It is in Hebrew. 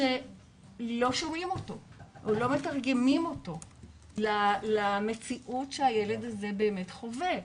שלא שומעים אותו או שלא מתרגמים אותו למציאות שהילד הזה באמת חווה.